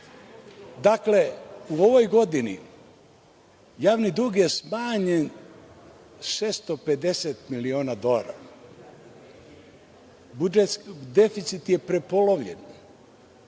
Dakle, u ovoj godini javni dug je smanjen 650 miliona dolara, deficit je prepolovljen,